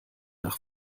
nach